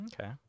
Okay